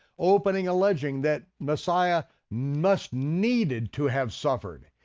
opening alleging that messiah must needed to have suffered.